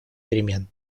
перемен